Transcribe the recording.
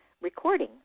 recording